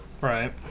Right